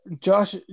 Josh